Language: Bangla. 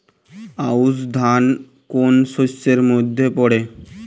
আউশ ধান কোন শস্যের মধ্যে পড়ে?